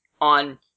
on